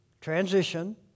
transition